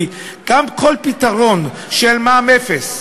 כי כאן כל פתרון של מע"מ אפס,